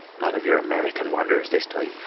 none of your american wonders, this time.